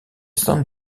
san